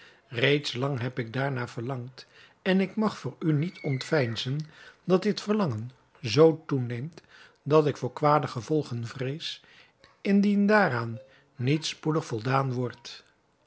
reeds lang heb ik daarnaar verlangd en ik mag voor u niet ontveinzen dat dit verlangen zoo toeneemt dat ik voor kwade gevolgen vrees indien daaraan niet spoedig voldaan wordt